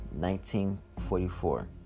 1944